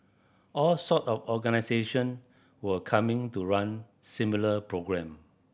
all sort of organisation were coming to run similar programme